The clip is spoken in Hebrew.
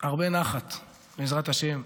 הרבה נחת, בעזרת השם,